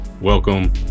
welcome